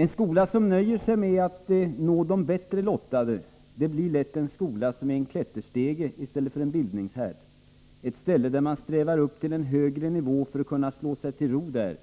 En skola som nöjer sig med att nå de bättre lottade blir lätt en skola som är en klätterstege i stället för en bildningshärd — ett ställe där man strävar upp till en högre nivå för att kunna slå sig till ro där,